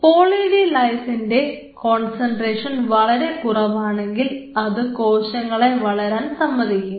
poly D ലൈസിന്റെ concentration വളരെ കുറവാണെങ്കിൽ അത് കോശങ്ങളെ വളരാൻ സമ്മതിക്കും